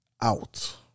out